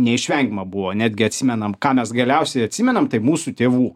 neišvengiama buvo netgi atsimenam ką mes galiausiai atsimenam tai mūsų tėvų